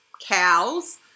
cow's